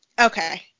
okay